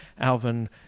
Alvin